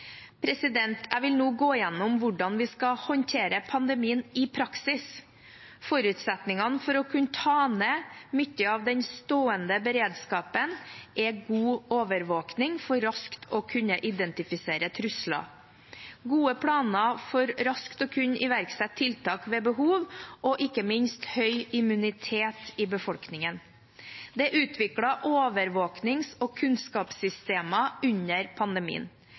Jeg vil nå gå gjennom hvordan vi skal håndtere pandemien i praksis. Forutsetningen for å kunne ta ned mye av den stående beredskapen er god overvåkning for raskt å kunne identifisere trusler, gode planer for raskt å kunne iverksette tiltak ved behov og ikke minst høy immunitet i befolkningen. Det er utviklet overvåknings- og kunnskapssystemer under pandemien.